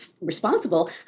responsible